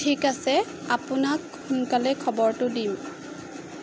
ঠিক আছে আপোনাক সোনকালে খবৰটো দিম